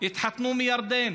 התחתנו מירדן,